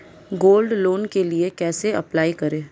Gold loan के लिए कैसे अप्लाई करें?